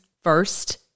first